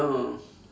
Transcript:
oh